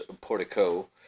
portico